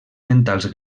mentals